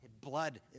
Blood